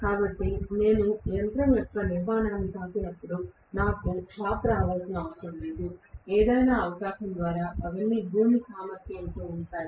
కాబట్టి నేను యంత్రం యొక్క నిర్మాణాన్ని తాకినప్పుడు నాకు షాక్ రావలసిన అవసరం లేదు ఏదైనా అవకాశం ద్వారా అవన్నీ భూమి సామర్థ్యంతో ఉంటాయి